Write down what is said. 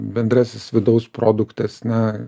bendrasis vidaus produktas na